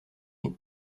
nez